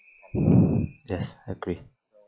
yes agree